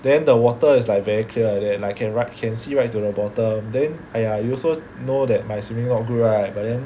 then the water is like very clear like that like can right can see right to the bottom then !aiya! you also know that my swimming not good right but then